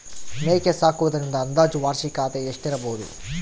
ಮೇಕೆ ಸಾಕುವುದರಿಂದ ಅಂದಾಜು ವಾರ್ಷಿಕ ಆದಾಯ ಎಷ್ಟಿರಬಹುದು?